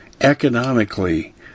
economically